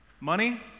Money